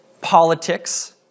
politics